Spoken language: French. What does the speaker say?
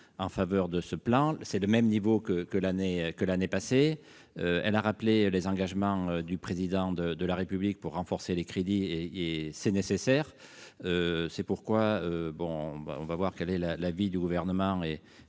en faveur de ce plan, soit le même niveau que l'année passée. Elle a également rappelé les engagements du Président de la République pour renforcer les crédits, et c'est nécessaire. Nous allons voir quel sera l'avis du Gouvernement